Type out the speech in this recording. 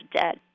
dead